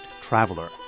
Traveler